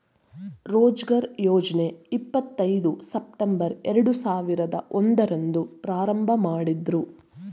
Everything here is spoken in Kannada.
ರೋಜ್ಗಾರ್ ಯೋಜ್ನ ಇಪ್ಪತ್ ಐದು ಸೆಪ್ಟಂಬರ್ ಎರಡು ಸಾವಿರದ ಒಂದು ರಂದು ಪ್ರಾರಂಭಮಾಡುದ್ರು